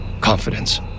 confidence